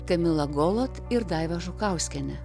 kamila golat ir daiva žukauskiene